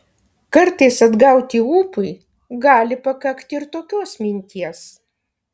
kartais atgauti ūpui gali pakakti ir tokios minties